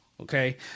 okay